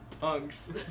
punks